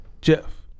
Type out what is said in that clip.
Jeff